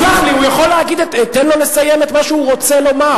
חבל, סלח לי, תן לו לסיים את מה שהוא רוצה לומר.